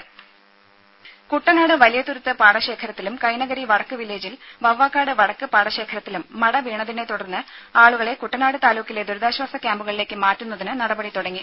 ദേദ കുട്ടനാട് വലിയ തുരുത്ത് പാടശേഖരത്തിലും കൈനകരി വടക്ക് വില്ലേജിൽ വവ്വാകാട് വടക്ക് പാടശേഖരത്തിലും മട വീണതിനെ തുടർന്ന് ആളുകളെ കുട്ടനാട് താലൂക്കിലെ ദുരിതാശ്വാസ ക്യാമ്പുകളിലേക്ക് മാറ്റുന്നതിന് നടപടി തുടങ്ങി